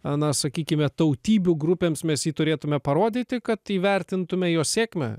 ana sakykime tautybių grupėms mes jį turėtume parodyti kad įvertintume jo sėkmę